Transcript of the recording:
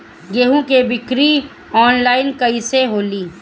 गेहूं के बिक्री आनलाइन कइसे होई?